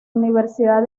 universidad